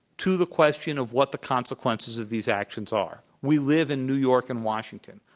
to the question of what the consequences of these actions are. we live in new york and washington.